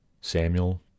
Samuel